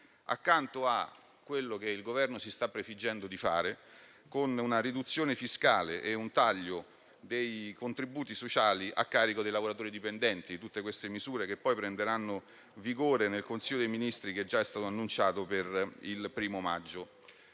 accanto a quello che il Governo si sta prefiggendo di fare, con una riduzione fiscale e un taglio dei contributi sociali a carico dei lavoratori dipendenti, tutte misure che poi prenderanno vigore nel Consiglio dei ministri che già è stato annunciato per il 1° maggio.